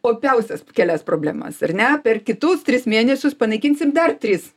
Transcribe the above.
opiausias kelias problemas ar ne per kitus tris mėnesius panaikinsim dar tris